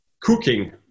Cooking